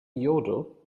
yodel